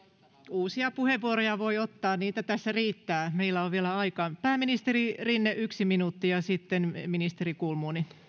uusia puheenvuoroja voi ottaa niitä tässä riittää meillä on vielä aikaa pääministeri rinne yksi minuutti ja sitten ministeri kulmuni